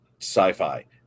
sci-fi